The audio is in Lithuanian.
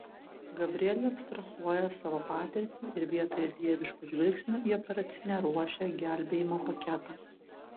gabrielė abstrahuoja savo patirtį ir vietoje dieviško žvilgsnio į operacinę ruošia gelbėjimo paketą